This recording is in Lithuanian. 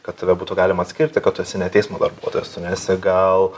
kad tave būtų galima atskirti kad tu esi ne teismo darbuotojas tu nesi gal